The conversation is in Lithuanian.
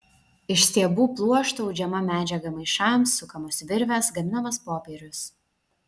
iš stiebų pluošto audžiama medžiaga maišams sukamos virvės gaminamas popierius